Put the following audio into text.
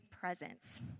presence